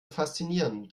faszinierend